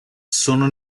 sono